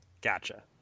Gotcha